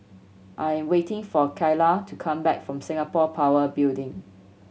I am waiting for Kaia to come back from Singapore Power Building